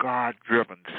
God-driven